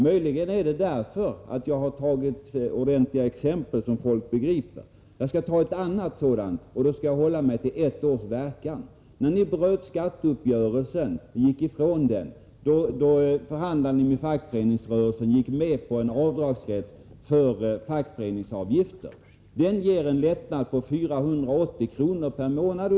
Möjligen är det därför att jag har gett sådana exempel som folk begriper. Jag skall ta ett annat sådant exempel, och det begränsar sig i tiden till ett år. När ni bröt skatteuppgörelsen, då förhandlade ni med fackföreningsrörelsen och gick med på att införa rätt till avdrag för fackföreningsavgifter. Den ger en lättnad med ungefär 480 kr per månad.